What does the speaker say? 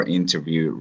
interview